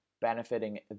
benefiting